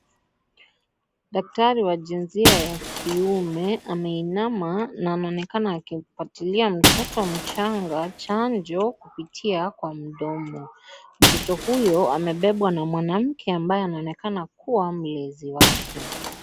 Daktari wa jinsia ya kiume ameinama na anaonekana akimpatilia mtoto mchanga chanjo kupitia kwa mdomo. Mtoto huyo amebebwa na mwanamke ambaye anaonekana kuwa mlezi wake .